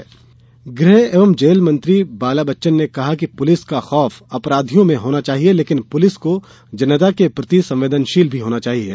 मंत्री बाला बच्चन गृह एवं जेल मंत्री बाला बच्चन ने कहा कि पुलिस का खौफ अपराधियों में होना चाहिये लेकिन पुलिस को जनता के प्रति संवेदनशील भी होना चाहिये